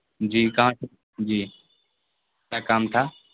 جی کہاں سے جی کیا کام تھا